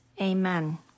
Amen